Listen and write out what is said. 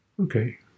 Okay